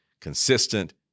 consistent